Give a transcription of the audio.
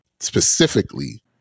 Specifically